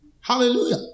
Hallelujah